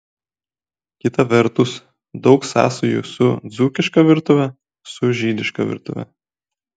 kita vertus daug sąsajų su dzūkiška virtuve su žydiška virtuve